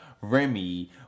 Remy